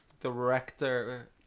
director